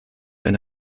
eine